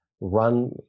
run